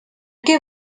què